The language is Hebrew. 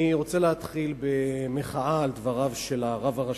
אני רוצה להתחיל במחאה על דבריו של הרב הראשי,